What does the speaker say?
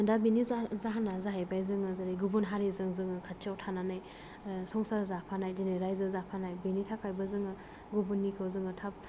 दा बेनि जाहोना जाहैबाय जोङो जेरै गुबुन हारिजों न' खाथिआव थानानै संसार जाफानाय जोङो रायजो जाफानाय बेनि थाखायबो जोङो गुबुननिखौ जोङो थाब